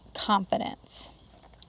confidence